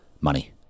Money